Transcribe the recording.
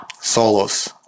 solos